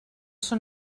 són